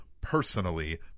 personally